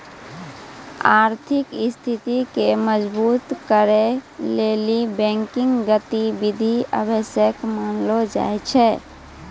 आर्थिक स्थिति के मजबुत करै लेली बैंकिंग गतिविधि आवश्यक मानलो जाय छै